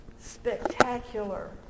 spectacular